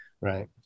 Right